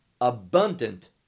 abundant